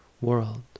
world